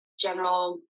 general